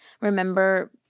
remember